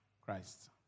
Christ